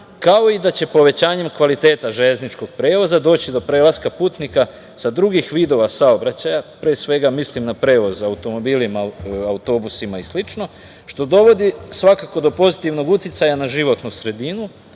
kao i da će povećanjem kvaliteta železničkog prevoza doći do prelaska putnika sa drugih vidova saobraćaja, pre svega, mislim na prevoz automobilima, autobusima i sl. što dovodi svakako do pozitivnog uticaja na životnu sredinu,